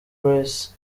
grace